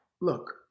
Look